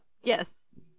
Yes